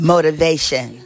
motivation